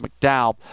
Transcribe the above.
McDowell